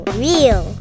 real